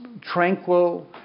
tranquil